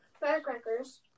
Firecrackers